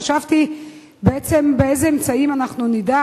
חשבתי בעצם באילו אמצעים אנחנו נדע